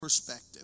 perspective